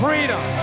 Freedom